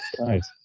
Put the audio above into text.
Nice